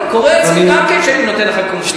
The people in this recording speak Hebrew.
קורה אצלי גם כן שאני נותן לך קומפלימנט.